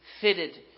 fitted